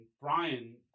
Brian